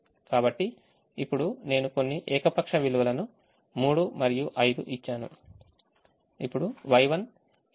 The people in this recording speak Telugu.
కాబట్టి ఇప్పుడు నేను కొన్ని ఏకపక్ష విలువలను 3 మరియు 5 ఇచ్చాను